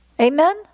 Amen